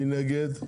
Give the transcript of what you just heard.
מי נגד?